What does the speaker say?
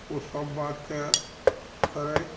ओसब बात कै करैत